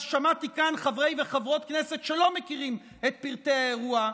שמעתי כאן חברי וחברות כנסת שלא מכירים את פרטי האירוע,